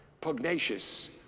pugnacious